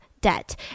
debt